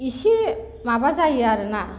इसे माबा जायो आरोना